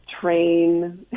train